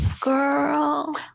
Girl